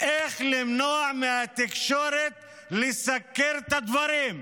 באיך למנוע מהתקשורת לסקר את הדברים.